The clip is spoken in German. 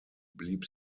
blieb